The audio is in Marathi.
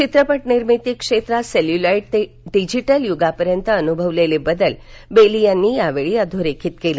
चित्रपट निर्मिती क्षेत्रात सेल्यूलॉईड ते डिजिटल युगापर्यंत अनुभवलेले बदल बेली यांनी यावेळी अधोरेखित केले